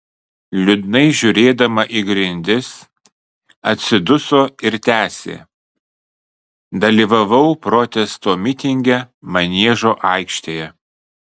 liūdnai žiūrėdama į grindis atsiduso ir tęsė dalyvavau protesto mitinge maniežo aikštėje